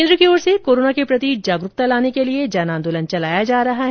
केन्द्र सरकार की ओर से कोरोना के प्रति जागरूकता लाने के लिए जन आंदोलन चलाया जा रहा है